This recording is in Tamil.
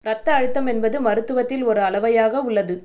இரத்த அழுத்தம் என்பது மருத்துவத்தில் ஒரு அளவையாக உள்ளது